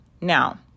Now